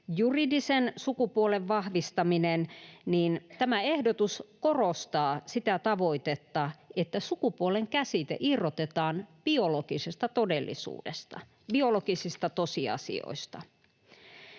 juridisen sukupuolen vahvistaminen, niin tämä ehdotus korostaa sitä tavoitetta, että sukupuolen käsite irrotetaan biologisesta todellisuudesta, biologisista tosiasioista.